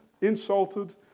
insulted